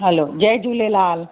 हलो जय झूलेलाल